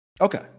okay